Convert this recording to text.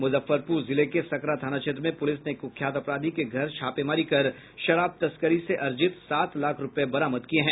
मुजफ्फरपुर जिले के सकरा थाना क्षेत्र में पुलिस ने एक कुख्यात अपराधी के घर छापेमारी कर शराब तस्करी से अर्जित सात लाख रूपये बरामद किये हैं